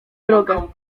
drogę